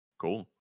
Cool